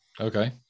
okay